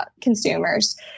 consumers